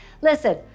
Listen